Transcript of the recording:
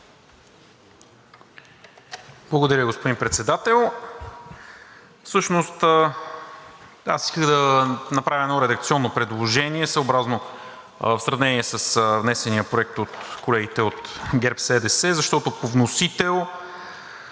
Благодаря, господин Председател.